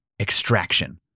extraction